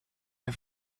der